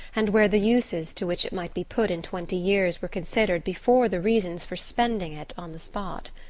and where the uses to which it might be put in twenty years were considered before the reasons for spending it on the spot.